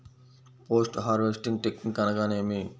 Post harvesting technique అనగా నేమి?